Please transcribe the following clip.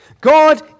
God